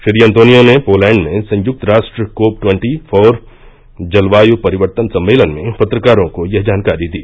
Shri Antonio ने Poland में संयुक्त राष्ट्र कोप ट्वेन्टी फोर जलवाय् परिवर्तन सम्मेलन में पत्रकारों को यह जानकारी दी